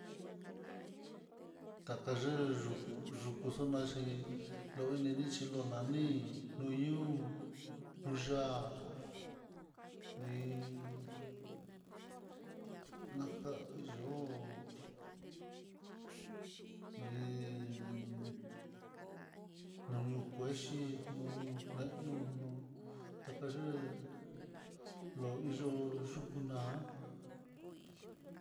Takayee yuu yuku xunai xhi loinixhi lonani hí kuñoo hú nuuya'a, linaka yo'ó nin naño kuexhi nunu nenunu kayee loiyo yukunan.